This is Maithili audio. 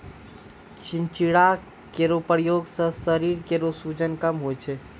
चिंचिड़ा केरो प्रयोग सें शरीर केरो सूजन कम होय छै